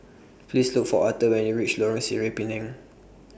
Please Look For Author when YOU REACH Lorong Sireh Pinang